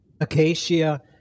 Acacia